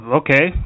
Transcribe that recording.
okay